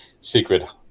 secret